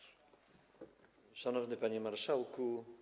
Szanowny Panie Marszałku!